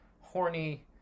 horny